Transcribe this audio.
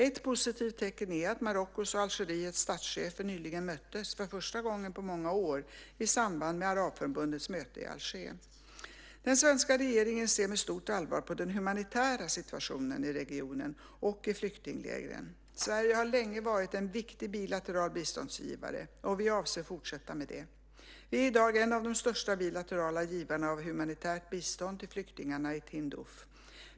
Ett positivt tecken är att Marockos och Algeriets statschefer nyligen möttes, för första gången på många år, i samband med Arabförbundets möte i Alger. Den svenska regeringen ser med stort allvar på den humanitära situationen i regionen och i flyktinglägren. Sverige har länge varit en viktig bilateral biståndsgivare och vi avser att fortsätta med det. Vi är i dag en av de största bilaterala givarna av humanitärt bistånd till flyktingarna i Tindouf.